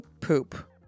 poop